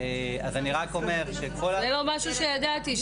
זה לא משהו שידעתי.